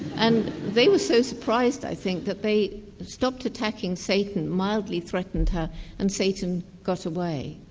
and they were so surprised i think that they stopped attacking satan, mildly threatened her and satan got away.